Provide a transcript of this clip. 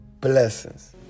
Blessings